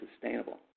sustainable